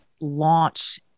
launch